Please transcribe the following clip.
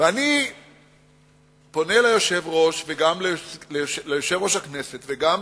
ואני פונה אל יושב-ראש הכנסת, וגם